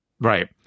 Right